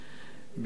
בתגובה על המשבר,